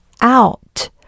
out